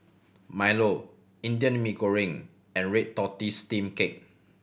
milo Indian Mee Goreng and red tortoise steamed cake